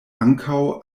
ankaŭ